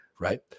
right